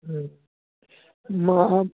उम मा